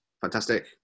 fantastic